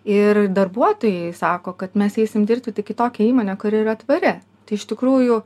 ir darbuotojai sako kad mes eisim dirbti tik į tokią įmonę kuri yra tvari tai iš tikrųjų